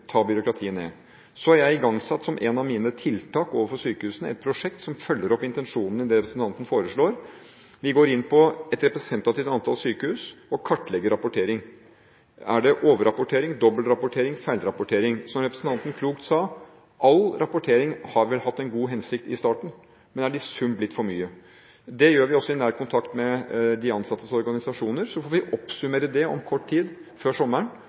ta byråkratiet ned. Så har jeg igangsatt som ett av mine tiltak overfor sykehusene et prosjekt som følger opp intensjonene i det representanten foreslår. Vi går inn i et representativt antall sykehus og kartlegger rapportering. Er det overrapportering, dobbeltrapportering eller feilrapportering? Som representanten klokt sa: All rapportering har vel hatt en god hensikt i starten, men er i sum blitt for mye. Det gjør vi også i nær kontakt med de ansattes organisasjoner, og så får vi oppsummere det om kort tid, før sommeren,